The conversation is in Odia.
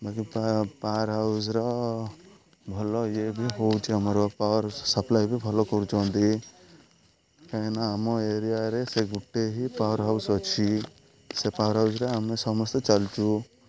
ବାକି ପାୱାର ହାଉସର ଭଲ ଇଏ ବି ହେଉଛି ଆମର ପାୱାର ସପ୍ଲାଇ ବି ଭଲ କରୁଛନ୍ତି କାହିଁକିନା ଆମ ଏରିଆରେ ସେ ଗୋଟେ ହିଁ ପାୱାର ହାଉସ ଅଛି ସେ ପାୱାର ହାଉସରେ ଆମେ ସମସ୍ତେ ଚାଲିଛୁ